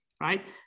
right